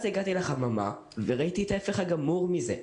אז הגעתי לחממה וראיתי את ההפך הגמור מזה.